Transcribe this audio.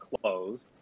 closed